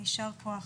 יישר כוח.